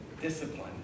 discipline